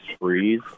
freeze